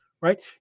right